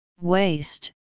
Waste